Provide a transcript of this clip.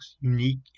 unique